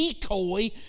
decoy